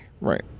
right